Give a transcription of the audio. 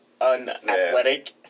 unathletic